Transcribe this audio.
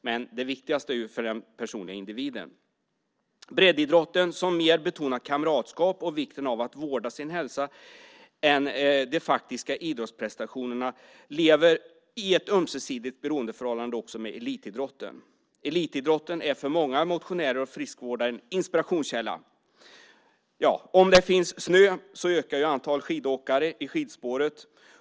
Men det viktigaste är ju för den personliga individen. Breddidrotten, som mer betonar kamratskap och vikten av att vårda sin hälsa än de faktiska idrottsprestationerna, lever i ett ömsesidigt beroendeförhållande också med elitidrotten. Elitidrotten är för många motionärer och friskvårdare en inspirationskälla. Om det finns snö ökar antalet skidåkare i skidspåret.